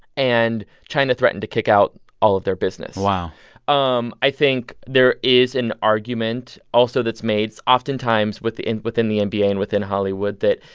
and china threatened to kick out all of their business wow um i think there is an argument, also, that's made it's oftentimes within within the and nba and within hollywood that,